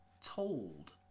told